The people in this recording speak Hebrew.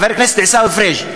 חבר הכנסת עיסאווי פריג',